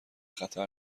خطر